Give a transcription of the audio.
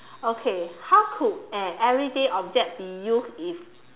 okay how could an everyday object be used if